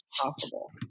possible